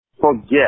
forget